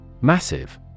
Massive